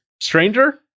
stranger